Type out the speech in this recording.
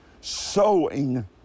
sowing